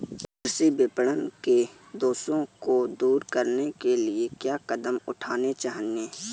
कृषि विपणन के दोषों को दूर करने के लिए क्या कदम उठाने चाहिए?